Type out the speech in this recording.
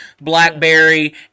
BlackBerry